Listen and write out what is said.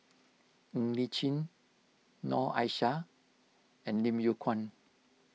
Ng Li Chin Noor Aishah and Lim Yew Kuan